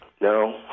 No